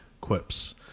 quips